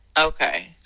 Okay